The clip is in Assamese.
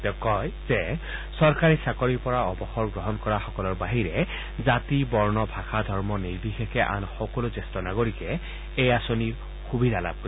তেওঁ কয় যে চৰকাৰী চাকৰিৰ পৰা অৱসৰ গ্ৰহণ কৰা সকলৰ বাহিৰে জাতি বৰ্ণ ভাষা ধৰ্ম নিৰ্বিশেষে আন সকলো জ্যেষ্ঠ নাগৰিক এই আঁচনিৰ সুবিধা লাভ কৰিব